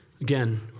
Again